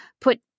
put